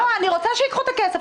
לא, אני רוצה שייקחו את הכסף.